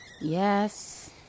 Yes